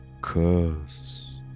Curse